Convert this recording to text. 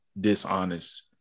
dishonest